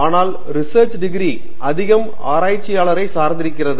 ஆனால் research degree அதிகம் ஆராய்ச்சியாளரை சார்ந்திருக்கிறது